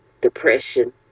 depression